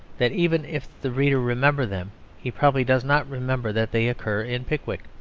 that even if the reader remember them he probably does not remember that they occur in pickwick.